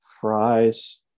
fries